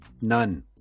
None